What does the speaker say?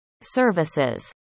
services